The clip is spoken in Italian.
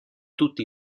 tutti